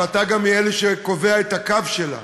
ואתה גם מאלה שקובעים את הקו שלה,